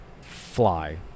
fly